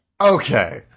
Okay